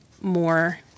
more